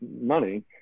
money